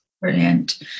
Brilliant